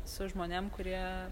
su žmonėm kurie